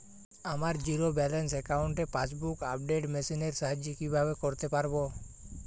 আমার zero balance অ্যাকাউন্টে passbook update machine এর সাহায্যে কীভাবে করতে পারব?